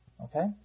Okay